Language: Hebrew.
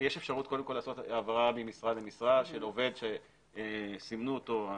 יש אפשרות קודם כל לעשות העברה ממשרה למשרה של עובד שסימנו אותו,